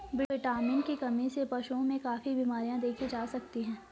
vitamin की कमी से पशुओं में काफी बिमरियाँ देखी जा सकती हैं